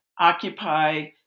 occupy